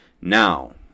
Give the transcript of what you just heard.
Now